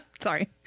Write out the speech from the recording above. sorry